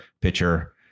pitcher